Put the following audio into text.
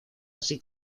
así